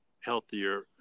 healthier